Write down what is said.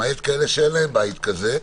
למעט כאלה שאין להם בית כזה.